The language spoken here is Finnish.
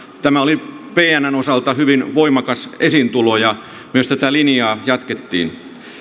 tämä oli pnn osalta hyvin voimakas esiintulo ja myös tätä linjaa jatkettiin